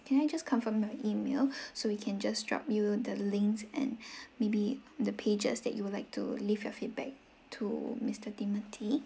can I just confirm your email so we can just drop you the links and maybe the pages that you would like to leave your feedback to mr timothy